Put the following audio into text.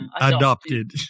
Adopted